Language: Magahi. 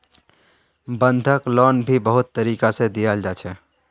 बंधक लोन भी बहुत तरीका से दियाल जा छे